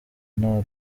nta